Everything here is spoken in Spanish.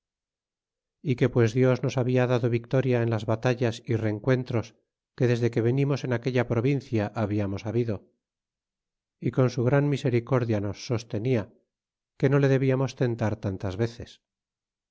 é que pues dios nos habla dado victoria en las batallas y rencuentros que desde que venimos en aquella provincia hablamos habido y con su gran misericordia nos sostenia que no le debiamos tentar tantas vezes